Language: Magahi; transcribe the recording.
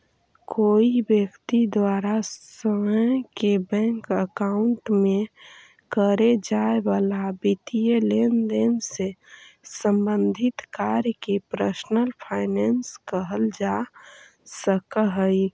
कोई व्यक्ति द्वारा स्वयं के बैंक अकाउंट में करे जाए वाला वित्तीय लेनदेन से संबंधित कार्य के पर्सनल फाइनेंस कहल जा सकऽ हइ